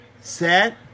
set